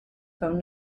phone